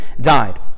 died